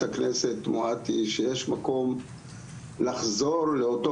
חברת הכנסת מואטי שיש מקום לחזור לאותו